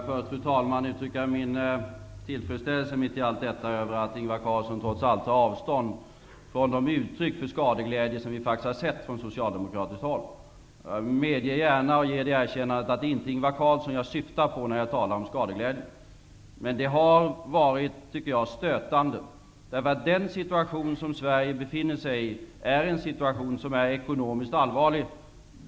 Fru talman! Får jag uttrycka min tillfredsställelse över att Ingvar Carlsson trots allt tar avstånd från de uttryck för skadeglädje som vi faktiskt har sett från socialdemokratiskt håll. Det erkännandet ger jag gärna att det inte är Ingvar Carlsson som jag syftar på när jag talar om skadeglädje. Men det har varit stötande, tycker jag, därför att den situation som Sverige befinner sig i är ekonomiskt allvarlig.